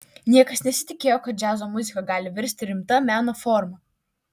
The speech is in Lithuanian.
niekas nesitikėjo kad džiazo muzika gali virsti rimta meno forma